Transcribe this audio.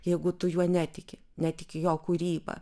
jeigu tu juo netiki netiki jo kūryba